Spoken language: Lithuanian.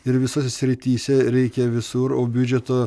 ir visose srityse reikia visur o biudžeto